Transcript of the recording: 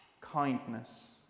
kindness